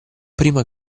prima